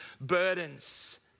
burdens